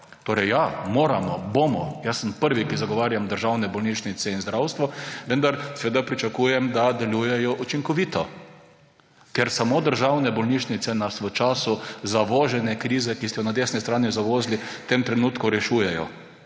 porabe. Ja, moramo, bomo, jaz sem prvi, ki zagovarjam državne bolnišnice in zdravstvo, vendar pričakujem, da delujejo učinkovito. Ker samo državne bolnišnice nas v času zavožene krize, ki ste jo na desni strani zavozili, v tem trenutku rešujejo.